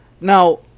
Now